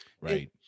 Right